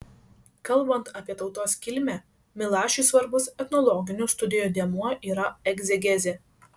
kalbant apie tautos kilmę milašiui svarbus etnologinių studijų dėmuo yra egzegezė